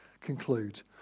conclude